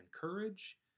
courage